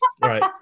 right